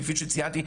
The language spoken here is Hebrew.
כפי שציינתי,